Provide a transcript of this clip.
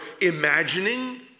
imagining